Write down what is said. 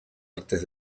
artes